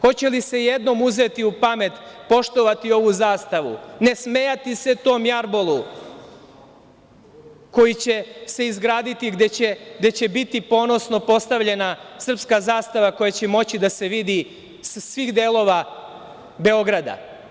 Hoće li se jednom uzeti u pamet, poštovati ovu zastavu, ne smejati se tom jarbolu koji će se izgraditi gde će biti ponosno postavljena srpska zastava koja će moći da se vidi iz svih delova Beograda.